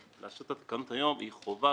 לעשות את התקנות היום היא חובתנו,